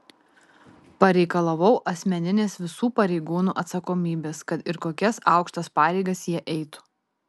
pareikalavau asmeninės visų pareigūnų atsakomybės kad ir kokias aukštas pareigas jie eitų